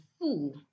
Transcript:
fool